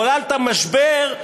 חוללת משבר.